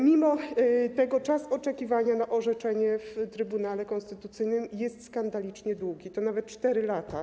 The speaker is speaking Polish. Mimo to czas oczekiwania na orzeczenie w Trybunale Konstytucyjnym jest skandalicznie długi, to nawet 4 lata.